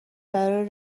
برای